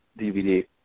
DVD